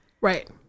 Right